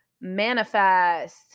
manifest